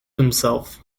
himself